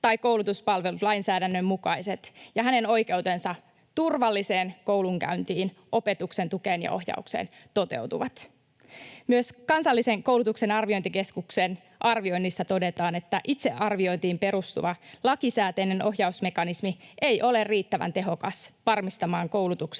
tai koulutuspalvelut lainsäädännön mukaisesti ja toteutuvatko hänen oikeutensa turvalliseen koulunkäyntiin, opetuksen tukeen ja ohjaukseen. Myös Kansallisen koulutuksen arviointikeskuksen arvioinnissa todetaan, että itsearviointiin perustuva lakisääteinen ohjausmekanismi ei ole riittävän tehokas varmistamaan koulutuksen